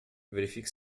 verifique